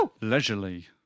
leisurely